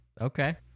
okay